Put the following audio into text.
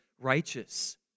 righteous